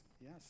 yes